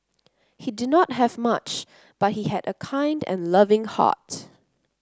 he did not have much but he had a kind and loving heart